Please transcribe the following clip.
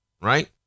Right